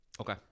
Okay